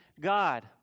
God